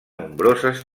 nombroses